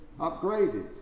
upgraded